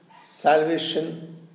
salvation